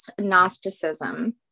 Gnosticism